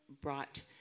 brought